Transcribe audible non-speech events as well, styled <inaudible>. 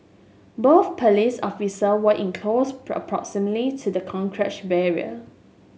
both police officer were in close <unintelligible> to the <unintelligible> barrier